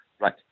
Right